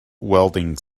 welding